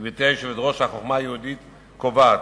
גברתי היושבת-ראש, החוכמה היהודית קובעת,